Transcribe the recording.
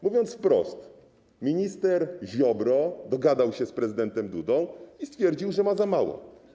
Mówiąc wprost, minister Ziobro dogadał się z prezydentem Dudą i stwierdził, że ma za mało.